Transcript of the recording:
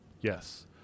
yes